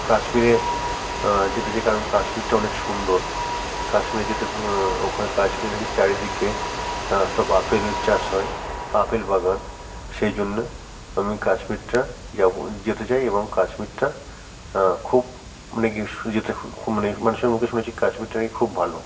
কাশ্মীরে যেতে চাই কারণ কাশ্মীরটা অনেক সুন্দর কাশ্মীর যেতে ওখানে কাশ্মীরে নাকি চারিদিকে সব আপেল চাষ হয় বা আপেল বাগান সেই জন্যে আমি কাশ্মীরটা যাব যেতে চাই এবং কাশ্মীরটা খুব মানে কী যেতে খুব মানে মানে সবার মুখে শুনেছি কাশ্মীরটা নাকি খুব ভালো